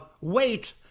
wait